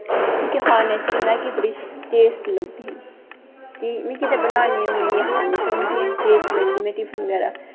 मिगी खाने च मैगी बड़ी टेस्ट लगदी ते मिगी ते बनानी बी निं ही आंदा मिगी छड़ी टेस्ट लगदी में टिफन बगैरा